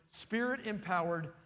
Spirit-empowered